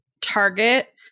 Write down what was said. target